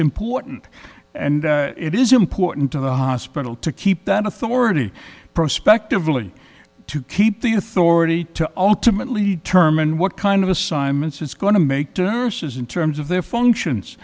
important and it is important to the hospital to keep that authority prospectively to keep the authority to ultimately determine what kind of assignments it's going to make turner says in terms of their functions